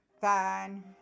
Fine